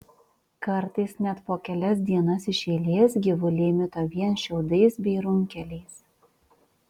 kartais net po kelias dienas iš eilės gyvuliai mito vien šiaudais bei runkeliais